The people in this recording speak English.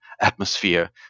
atmosphere